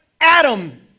Adam